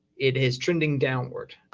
it is trending downward.